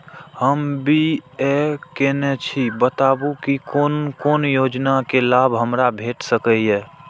हम बी.ए केनै छी बताबु की कोन कोन योजना के लाभ हमरा भेट सकै ये?